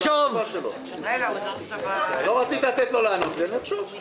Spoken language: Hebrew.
לא רצית לתת לו לענות לי אז אני חושב.